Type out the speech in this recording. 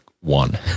one